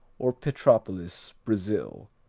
or petropolis, brazil,